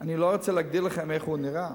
אני לא רוצה להגיד לכם איך הוא נראה.